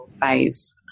phase